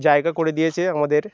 জায়গা করে দিয়েছে আমাদের